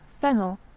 fennel